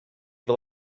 fel